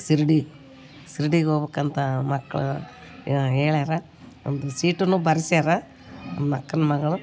ಶಿರ್ಡಿ ಶಿರ್ಡಿಗ್ ಹೋಗ್ಬೇಕಂತ ಮಕ್ಳು ಹೇಳ್ಯಾರ ಒಂದು ಸೀಟನ್ನು ಬರೆಸ್ಯಾರೆ ನನ್ನ ಅಕ್ಕನ ಮಗಳು